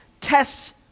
tests